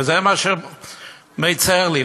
וזה מה שמצר לי.